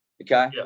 okay